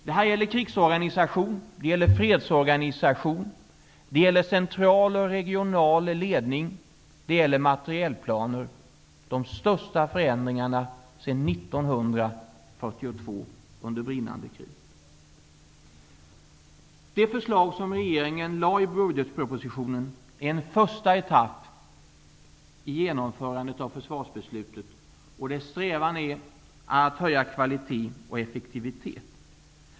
Det här gäller krigsorganisation, fredsorganisation, central och regional ledning, och det gäller materielplaner. Det är de största förändringarna sedan 1942 under brinnande krig. De förslag som regeringen lade i budgetpropositionen är en första etapp i genomförandet av försvarsbeslutet, och deras strävan är att höja kvalitet och effektivitet.